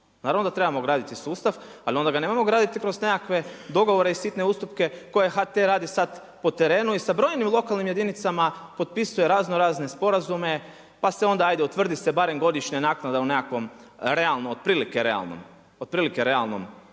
Naravno da trebamo graditi sustav, ali onda ga nemojmo graditi kroz nekakve dogovore i sitne ustupke koje HT radi sad po terenu i sa brojnim lokalnim jedinicama potpisuje raznorazne sporazume, pa se onda ajde utvrdi se barem godišnje naknada u nekakvom otprilike realnom iznosu